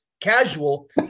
casual